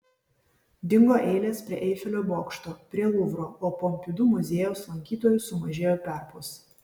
dingo eilės prie eifelio bokšto prie luvro o pompidu muziejaus lankytojų sumažėjo perpus